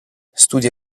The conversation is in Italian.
studia